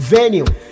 Venue